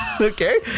Okay